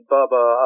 Bubba